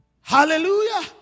Hallelujah